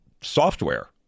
software